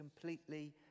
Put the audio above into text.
completely